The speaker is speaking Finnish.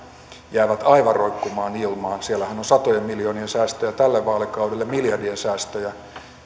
jäävät aivan roikkumaan ilmaan siellähän on satojen miljoonien säästöjä tälle vaalikaudelle miljardien säästöjä